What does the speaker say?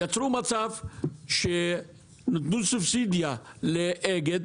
נוצר מצב שנתנו סובסידיה לאגד,